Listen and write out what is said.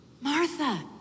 Martha